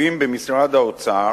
התקציבים במשרד האוצר,